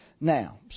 Now